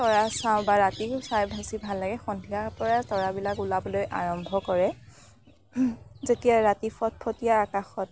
তৰা চাওঁ বা ৰাতিও চাই বেছি ভাল লাগে সন্ধিয়াৰ পৰা তৰাবিলাক ওলাবলৈ আৰম্ভ কৰে যেতিয়া ৰাতি ফটফটীয়া আকাশত